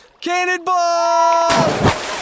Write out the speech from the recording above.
Cannonball